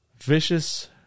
vicious